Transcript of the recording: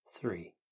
three